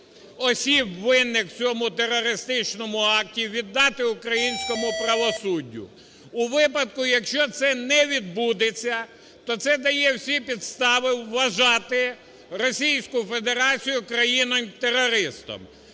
осіб, винних в цьому терористичному акті, віддати українському правосуддю. У випадку, якщо це не відбудеться, то це дає всі підстави вважати Російську Федерацію країною-терористом.